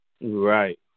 Right